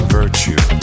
virtue